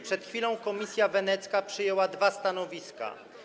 Przed chwilą Komisja Wenecka przyjęła dwa stanowiska.